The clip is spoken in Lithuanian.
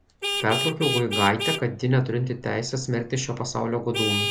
pertraukiau guigaitę kad ji neturinti teisės smerkti šio pasaulio godūnų